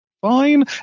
fine